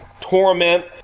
torment